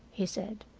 he said,